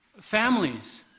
families